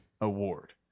award